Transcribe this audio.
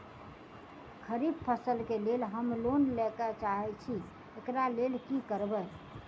खरीफ फसल केँ लेल हम लोन लैके चाहै छी एकरा लेल की करबै?